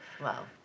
Wow